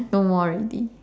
no more already